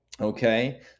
okay